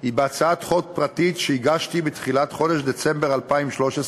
היא בהצעת חוק פרטית שהגשתי בתחילת חודש דצמבר 2013,